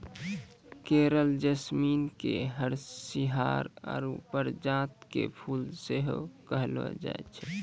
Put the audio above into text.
coral jasmine के हरसिंहार आरु परिजात के फुल सेहो कहलो जाय छै